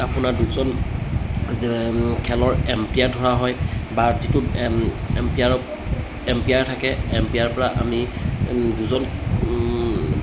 আপোনাৰ দুজন খেলৰ এম্পেয়াৰ ধৰা হয় বা যিটো এম্পিয়াৰক এম্পিয়াৰ থাকে এম্পিয়াৰৰ পৰা আমি দুজন